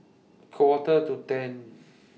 Quarter to ten